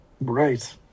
Right